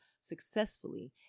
successfully